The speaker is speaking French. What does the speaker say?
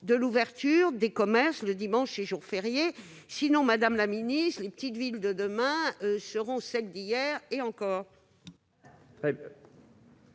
de l'ouverture des commerces le dimanche et les jours fériés. Sinon, madame la ministre, les petites villes de demain seront celles d'hier, si ce